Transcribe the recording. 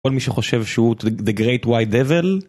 כל מי שחושב שהוא The Great White Devil.